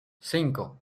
cinco